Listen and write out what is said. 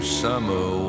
summer